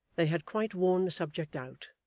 they had quite worn the subject out,